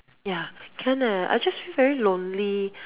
ya can leh I just feel very lonely